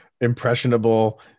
impressionable